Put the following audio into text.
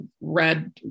read